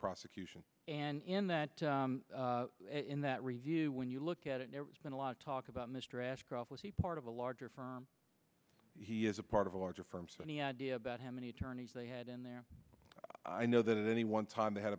prosecution and in that in that review when you look at it has been a lot of talk about mr ashcroft was he part of a larger firm he is a part of a larger firm so any idea about how many attorneys they had in there i know that any one time they had